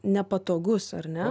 nepatogus ar ne